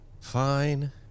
Fine